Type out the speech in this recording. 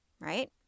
right